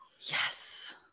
Yes